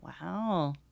Wow